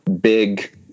big